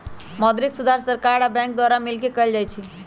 मौद्रिक सुधार सरकार आ बैंक द्वारा मिलकऽ कएल जाइ छइ